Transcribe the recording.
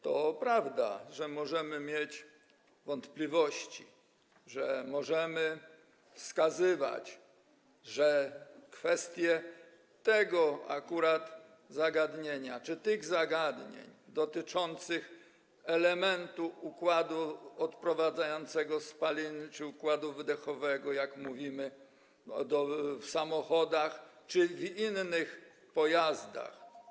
To prawda, że możemy mieć wątpliwości, że możemy wskazywać, że kwestie tego akurat zagadnienia czy tych zagadnień dotyczących elementu układu odprowadzającego spaliny czy układu wydechowego, jak mówimy, w samochodach czy w innych pojazdach spalinowych.